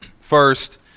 first